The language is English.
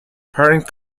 parent